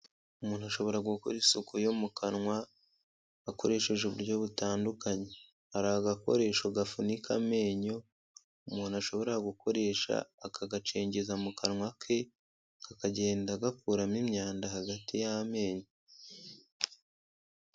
Umuntu ashobora gukora isuku yo mu kanwa, akoresheje uburyo butandukanye. Hari agakoresho gafunika amenyo, umuntu ashobora gukoresha akagacengeza mu kanwa ke, kakagenda gakuramo imyanda hagati y'amenyo.